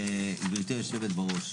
גברתי היושבת-בראש,